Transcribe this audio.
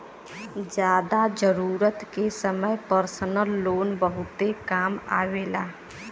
जादा जरूरत के समय परसनल लोन बहुते काम आवेला